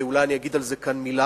ואולי אני אגיד על זה כאן מלה,